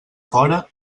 fora